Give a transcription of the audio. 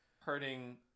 hurting